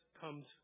comes